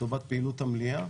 לטובת פעילות המליאה.